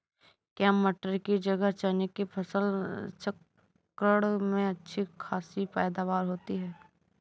क्या मटर की जगह चने की फसल चक्रण में अच्छी खासी पैदावार होती है?